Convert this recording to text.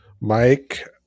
Mike